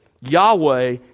Yahweh